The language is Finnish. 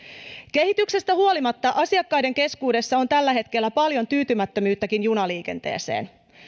kehityksestä huolimatta asiakkaiden keskuudessa on tällä hetkellä paljon tyytymättömyyttäkin junaliikenteeseen